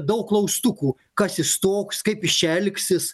daug klaustukų kas jis toks kaip jis čia elgsis